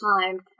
time